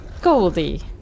Goldie